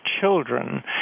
children